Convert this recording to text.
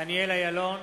דניאל אילון,